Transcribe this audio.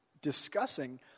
discussing